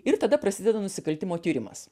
ir tada prasideda nusikaltimo tyrimas